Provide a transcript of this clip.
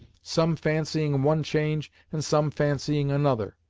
some fancying one change, and some fancying another.